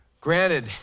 Granted